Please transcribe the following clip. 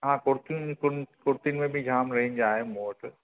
हा कुर्तीयुनि में कु कुर्तीयुनि में बि जाम रेंज आहे मूं वटि